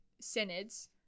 synods